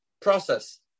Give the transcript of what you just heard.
process